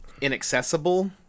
inaccessible